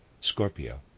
Scorpio